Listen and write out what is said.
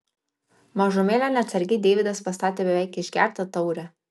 mažumėlę neatsargiai deividas pastatė beveik išgertą taurę